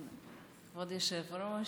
כבוד היושב-ראש,